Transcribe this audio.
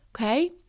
okay